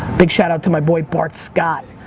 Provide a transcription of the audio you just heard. big shout-out to my boy bart scott.